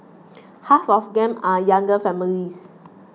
half of them are younger families